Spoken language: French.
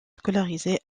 scolarisé